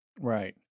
Right